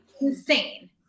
Insane